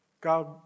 God